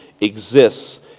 exists